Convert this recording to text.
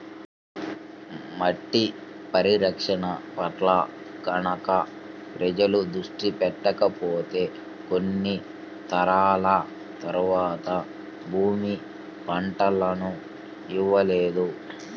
మట్టి పరిరక్షణ పట్ల గనక ప్రజలు దృష్టి పెట్టకపోతే కొన్ని తరాల తర్వాత భూమి పంటలను ఇవ్వలేదు